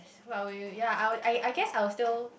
!wah! wait wait ya I'll I guess I'll still